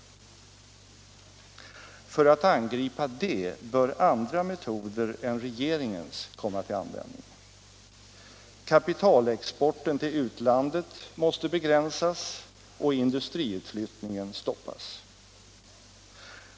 För att angripa det bör andra metoder än regeringens komma till användning. Kapitalexporten till utlandet måste begränsas och industriutflyttningen stoppas.